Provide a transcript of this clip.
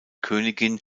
königin